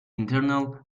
internal